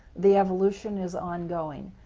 the evolution is ongoing.